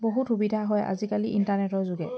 বহুত সুবিধা হয় আজিকালি ইণ্টাৰনেটৰ যোগে